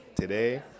Today